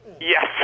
Yes